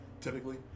typically